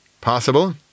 Possible